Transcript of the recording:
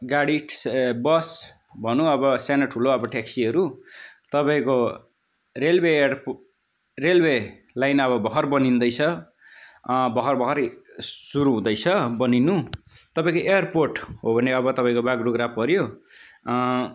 गाडी बस भनौँ अब सानो ठुलो अब ट्याक्सीहरू तपाईँको railway airport railway line अब भर्खर बनिँदैछ भर्खर भर्खर सुरु हुँदैछ बनिनु तपाईँको एयर पोर्ट हो भने अब तपाईँको बागडोग्रा पर्यो